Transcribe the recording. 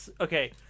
okay